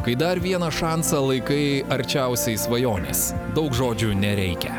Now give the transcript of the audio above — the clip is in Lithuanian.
kai dar vieną šansą laikai arčiausiai svajonės daug žodžių nereikia